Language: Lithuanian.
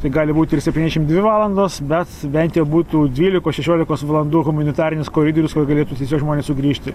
tai gali būt ir septyniasdešimt dvi valandos bet bent jau būtų dvylikos šešiolikos valandų humanitarinis koridorius kur galėtų žmonės sugrįžti